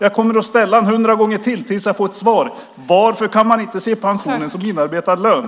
Jag kommer att ställa den hundra gånger till tills jag får ett svar. Varför kan man inte se pensionen som inarbetad lön?